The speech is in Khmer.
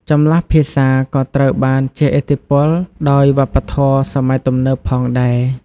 ចម្លាស់ភាសាក៏ត្រូវបានជះឥទ្ធិពលដោយវប្បធម៌សម័យទំនើបផងដែរ។